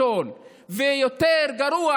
חברות וחברים,